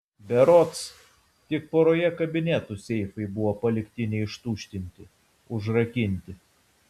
berods tik poroje kabinetų seifai buvo palikti neištuštinti užrakinti